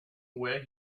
where